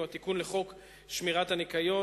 הוא התיקון לחוק שמירת הניקיון.